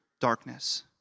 darkness